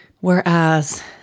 Whereas